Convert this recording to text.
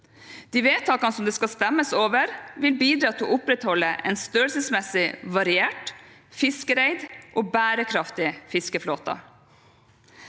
De vedtaksforslagene det skal stemmes over, vil bidra til å opprettholde en størrelsesmessig variert, fiskereid og bærekraftig fiskeflåte.